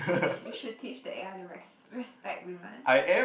you should teach the a_i to re~ respect women